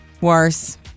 Worse